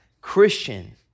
Christian